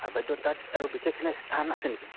আৰু বাইদেউ তাত আৰু বিশেষখিনি স্থান আছে নেকি